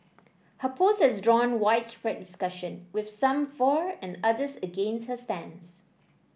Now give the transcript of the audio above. her post has drawn widespread discussion with some for and others against her stance